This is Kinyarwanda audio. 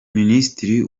minisitiri